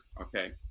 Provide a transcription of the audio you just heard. Okay